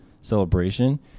celebration